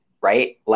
right